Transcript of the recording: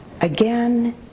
again